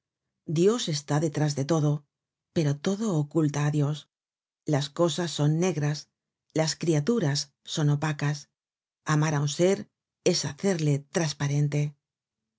dios está detrás de todo pero todo oculta á dios las cosas son negras las criaturas son opacas amar á un ser es hacerle trasparente